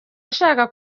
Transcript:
ashaka